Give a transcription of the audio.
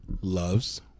loves